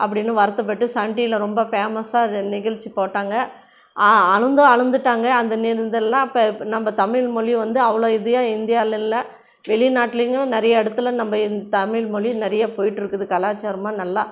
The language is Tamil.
அப்படின்னு வருத்தப்பட்டு சன் டிவியில ரொம்ப ஃபேமஸ்ஸாக இ நிகழ்ச்சி போட்டாங்கள் அழுதும் அழுதுட்டாங்க அந்த மாரி இதெல்லாம் இப்போ நம்ம தமிழ்மொழி வந்து அவ்வளோ இதாக இந்தியாவில இல்லை வெளிநாட்டிலையும் நிறையா இடத்துல நம்ம இந் தமிழ்மொழி நிறையா போயிகிட்ருக்குது கலாச்சாரமாக நல்லா